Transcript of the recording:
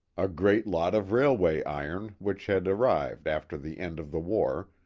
a great lot of railway iron which had arrived after the end of the war,